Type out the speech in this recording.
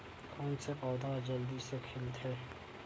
कोन से पौधा ह जल्दी से खिलथे?